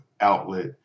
outlet